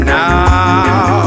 now